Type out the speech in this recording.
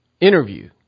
interview